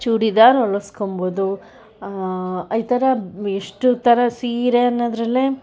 ಚೂಡಿದಾರ್ ಹೊಲಿಸ್ಕೋಬೋದು ಈ ಥರ ಎಷ್ಟೋ ಥರ ಸೀರೆ ಅನ್ನೋದರಲ್ಲೇ